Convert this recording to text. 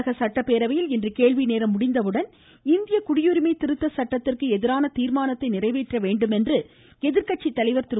தமிழக சட்டப்பேரவையில் இன்று கேள்விநேரம் முடிந்தவுடன் இந்திய குடியுரிமை திருத்த சட்டத்திற்கு எதிரான தீர்மானத்தை நிறைவேற்ற வேண்டுமென்று எதிர்கட்சி தலைவர் திரு